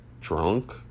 drunk